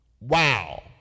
Wow